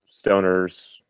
stoners